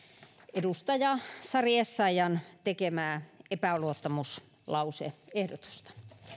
edustaja sari essayahn tekemää epäluottamuslause ehdotusta